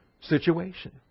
situation